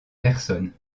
personnes